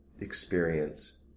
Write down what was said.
experience